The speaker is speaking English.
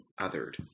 othered